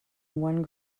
one